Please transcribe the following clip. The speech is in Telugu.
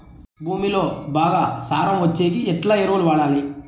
భూమిలో బాగా సారం వచ్చేకి ఎట్లా ఎరువులు వాడాలి?